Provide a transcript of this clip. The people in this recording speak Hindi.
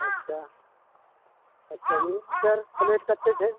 अच्छा औ चओमीन परप्लेट कैसे है